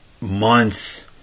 months